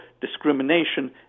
discrimination